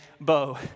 Bo